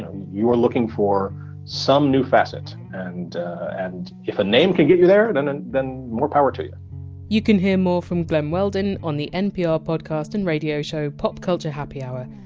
you are looking for some new facet, and and if if a name can get you there, and and and then more power to you you can hear more from glen weldon on the npr podcast and radio show pop culture happy hour,